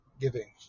giving